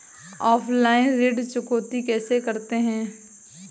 Offline ऋण चुकौती कैसे करते हैं?